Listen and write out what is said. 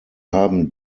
haben